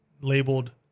labeled